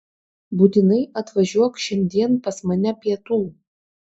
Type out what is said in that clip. būtinai atvažiuok šiandien pas mane pietų